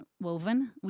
woven